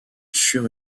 sur